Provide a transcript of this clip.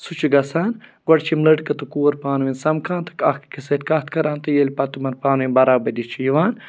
سُہ چھِ گژھان گۄڈٕ چھِ یِم لٔڑکہٕ تہٕ کوٗر پانہٕ ؤنۍ سَمکھان تہٕ اَکھ أکِس سۭتۍ کَتھ کَران تہٕ ییٚلہِ پَتہٕ تِمَن پانہٕ ؤنۍ برابردی چھِ یِوان